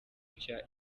nshya